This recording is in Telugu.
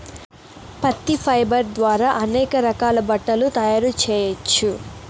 పత్తి ఫైబర్ ద్వారా అనేక రకాల బట్టలు తయారు చేయచ్చు